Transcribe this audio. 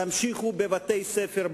תמשיכו בבתי-ספר,